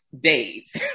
days